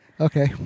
Okay